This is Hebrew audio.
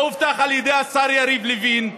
לא הובטח על ידי השר יריב לוין,